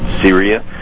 Syria